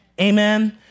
Amen